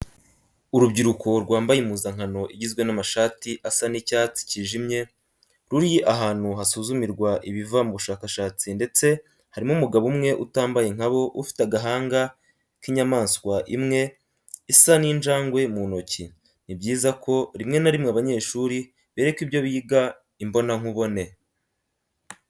Urubyiruko rwambaye impuzankano igizwe n'amashati asa n'icyatdi kijimye ruri ahantu hasuzumirwa ibiva mu bushakashatsi ndetse harimo umugabo umwe utambaye nka bo ufite agahanga k'inyamaswa imwe isa n'injangwe mu ntoki. Ni byiza ko rimwe na rimwe abanyeshuri berekwa ibyo biga imbonankubone.